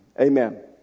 Amen